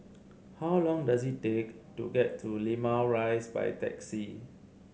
how long does it take to get to Limau Rise by taxi